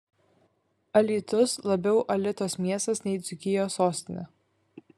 alytus labiau alitos miestas nei dzūkijos sostinė